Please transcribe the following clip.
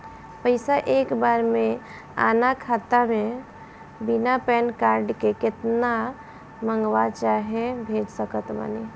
पैसा एक बार मे आना खाता मे बिना पैन कार्ड के केतना मँगवा चाहे भेज सकत बानी?